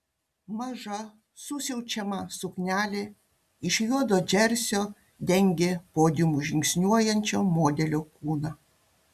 maža susiaučiama suknelė iš juodo džersio dengė podiumu žingsniuojančio modelio kūną